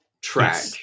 track